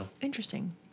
interesting